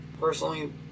personally